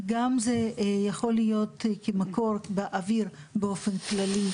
וגם זה יכול להיות כמקור באוויר באופן כללי,